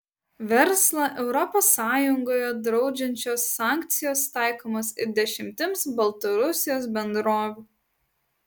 verslą europos sąjungoje draudžiančios sankcijos taikomos ir dešimtims baltarusijos bendrovių